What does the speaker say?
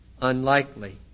unlikely